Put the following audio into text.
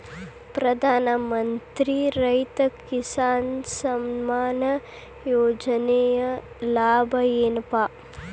ಪ್ರಧಾನಮಂತ್ರಿ ರೈತ ಕಿಸಾನ್ ಸಮ್ಮಾನ ಯೋಜನೆಯ ಲಾಭ ಏನಪಾ?